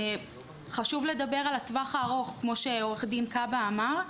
חשוב לדבר על הטווח הארוך, כמו שעוה"ד כבהה אמר: